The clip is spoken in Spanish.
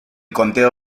conteo